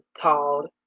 called